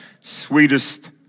Sweetest